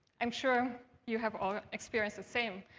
i'm sure you have all experienced the same.